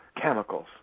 chemicals